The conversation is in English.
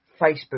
Facebook